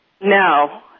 No